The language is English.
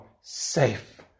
safe